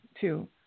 two